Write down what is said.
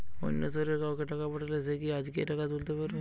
অন্য শহরের কাউকে টাকা পাঠালে সে কি আজকেই টাকা তুলতে পারবে?